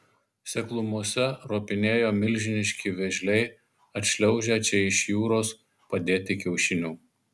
seklumose ropinėjo milžiniški vėžliai atšliaužę čia iš jūros padėti kiaušinių